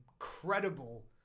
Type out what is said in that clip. incredible